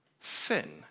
sin